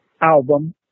album